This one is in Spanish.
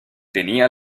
tenía